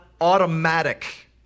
automatic